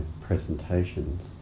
presentations